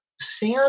Sam